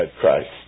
Christ